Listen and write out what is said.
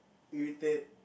irritate